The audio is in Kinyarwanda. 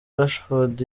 rashford